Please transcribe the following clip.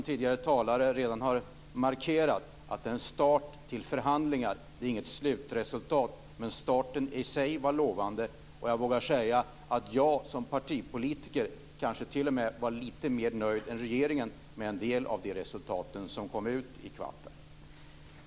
Tidigare talare har redan markerat att en förhandlingsstart inte är något slutresultat, men starten var i sig lovande, och jag vågar säga att jag som partipolitiker kanske t.o.m. var lite mer nöjd än regeringen med en del av de resultat som kom ut i Qatar.